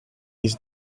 its